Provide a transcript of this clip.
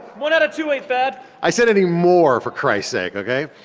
one out of two ain't bad! i said anymore for christ's sake ok.